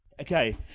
Okay